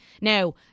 Now